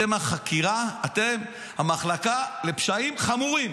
אתם המחלקה לפשעים חמורים.